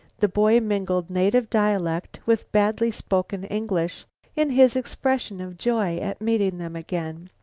the boy mingled native dialect with badly spoken english in his expression of joy at meeting them again.